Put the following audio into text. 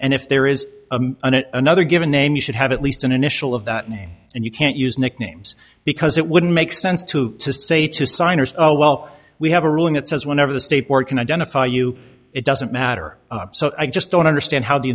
and if there is an another given name you should have at least an initial of that name and you can't use nicknames because it wouldn't make sense to say two signers oh well we have a ruling that says whenever the state board can identify you it doesn't matter so i just don't understand how the